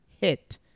hit